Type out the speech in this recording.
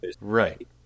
right